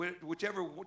whichever